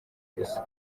gusa